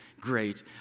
great